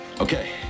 Okay